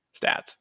stats